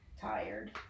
tired